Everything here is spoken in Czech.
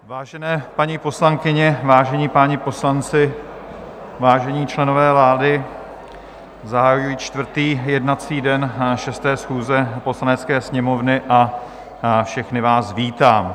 Vážené paní poslankyně, vážení páni poslanci, vážení členové vlády, zahajuji čtvrtý jednací den 6. schůze Poslanecké sněmovny a všechny vás vítám.